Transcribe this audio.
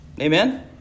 Amen